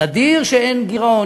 נדיר שאין גירעון.